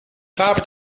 farbe